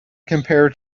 compare